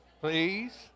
please